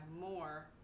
more